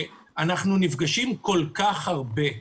אנחנו נפגשים כל כך הרבה,